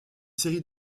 série